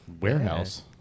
warehouse